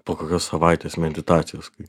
po savaitės meditacijos kai